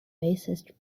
bassist